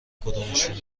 کدومشون